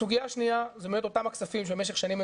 סוגיה שניה זה באמת אותם הכספים שבמשך ש נים הם